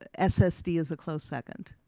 ssd is a close second.